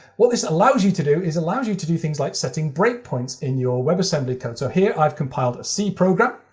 what this allows you to do is it allows you to do things like setting breakpoints in your webassembly code. so here i've compiled a c program.